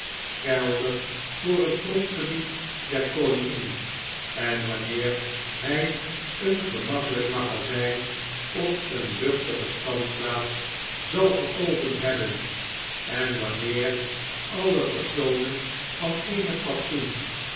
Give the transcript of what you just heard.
geldig voor het grondgebied der koningin en wanneer hij een gemakkelp magazp op een luchtige standplaats zal geopend hebben en wanneer allepersonen van eenig fatsoen